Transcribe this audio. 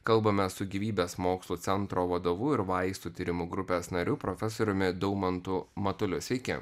kalbame su gyvybės mokslų centro vadovu ir vaistų tyrimų grupės nariu profesoriumi daumantu matuliu sveiki